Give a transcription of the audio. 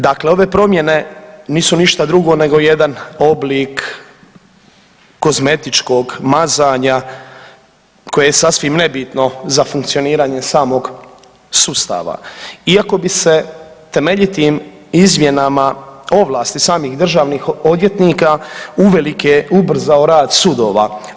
Dakle, ove promjene nisu ništa drugo nego jedan oblik kozmetičkog mazanja koje je sasvim nebitno za funkcioniranje samog sustava, iako bi se temeljitim izmjenama ovlasti samih državnih odvjetnika uvelike ubrzao rad sudova.